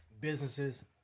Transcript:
businesses